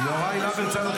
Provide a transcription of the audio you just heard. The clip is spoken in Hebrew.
יוראי להב הרצנו,